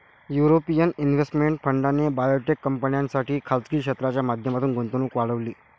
European investment फंडाने biotech कंपन्यांसाठी खासगी क्षेत्राच्या माध्यमातून गुंतवणूक वाढवली